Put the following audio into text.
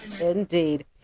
indeed